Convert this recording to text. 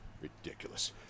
Ridiculous